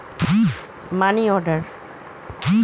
এক রকমের Indian application যাতে টাকা পাঠানো হয়